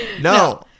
No